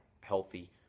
healthy